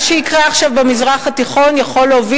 מה שיקרה עכשיו במזרח התיכון יכול להוביל